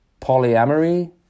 polyamory